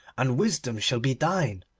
and wisdom shall be thine.